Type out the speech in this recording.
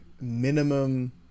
minimum